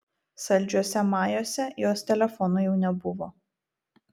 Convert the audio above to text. saldžiuose majuose jos telefono jau nebuvo